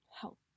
help